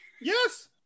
Yes